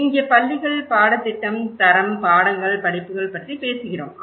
இங்கே பள்ளிகள் பாடத்திட்டம் தரம் பாடங்கள் படிப்புகள் பற்றிப் பேசுகிறோம்